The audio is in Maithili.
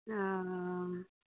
हँ